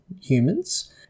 humans